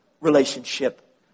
relationship